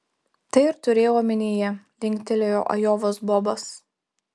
tai ir turėjau omenyje linktelėjo ajovos bobas